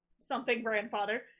something-grandfather